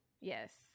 yes